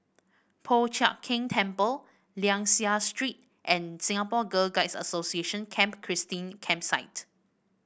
Po Chiak Keng Temple Liang Seah Street and Singapore Girl Guides Association Camp Christine Campsite